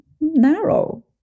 narrow